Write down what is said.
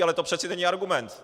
Ale to přece není argument.